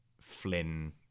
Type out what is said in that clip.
Flynn